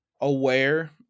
aware